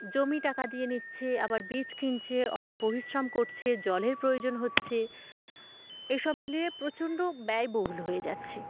জমি টাকা দিয়ে নিচ্ছে আবার বীজ কিনছে অনেক পরিশ্রম করছে জলের প্রয়োজন হচ্ছে এসব মিলিয়ে প্রচণ্ড ব্যয়বহুল হয়ে যাচ্ছে